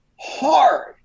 hard